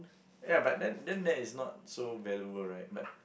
ya but then then that is not so valuable right but